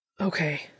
Okay